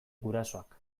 gurasoak